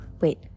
wait